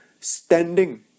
standing